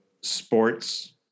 sports